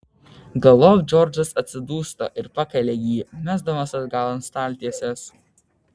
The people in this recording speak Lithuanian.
galop džordžas atsidūsta ir pakelia jį mesdamas atgal ant staltiesės